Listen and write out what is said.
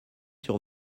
sur